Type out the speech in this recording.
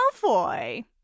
Malfoy